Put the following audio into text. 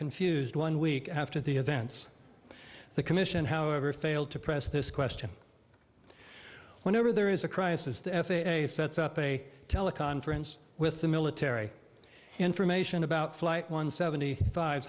confused one week after the events the commission however failed to press this question whenever there is a crisis the f a a sets up a teleconference with the military information about flight one seventy five